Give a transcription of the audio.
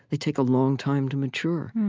they take a long time to mature.